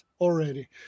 already